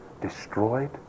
destroyed